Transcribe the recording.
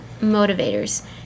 motivators